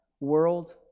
World